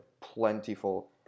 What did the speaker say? plentiful